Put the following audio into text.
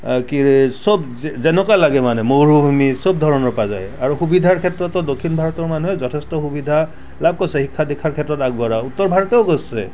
কি ৰে চব যেনেকুৱা লাগে মানে মৰুভূমি চব ধৰণৰ পোৱা যায় আৰু সুবিধাৰ ক্ষেত্ৰতো দক্ষিণ ভাৰতৰ মানুহে যথেষ্ট সুবিধা লাভ কৰিছে শিক্ষা দীক্ষাৰ ক্ষেত্ৰত আগবঢ়া উত্তৰ ভাৰতেও কৰিছে